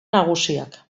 nagusiak